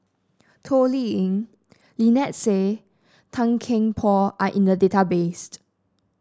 Toh Liying Lynnette Seah Tan Kian Por are in the database